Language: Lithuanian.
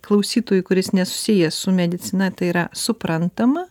klausytojui kuris nesusijęs su medicina tai yra suprantama